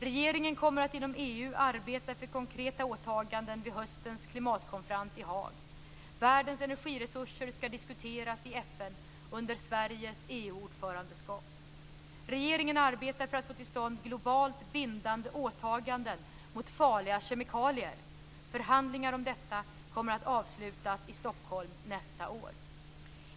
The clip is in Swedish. Regeringen kommer att inom EU arbeta för konkreta åtaganden vid höstens klimatkonferens i Haag. Världens energiresurser ska diskuteras i FN Regeringen arbetar för att få till stånd globalt bindande åtaganden mot farliga kemikalier. Förhandlingar om detta kommer att avslutas i Stockholm nästa år.